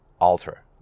alter